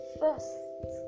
first